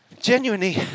genuinely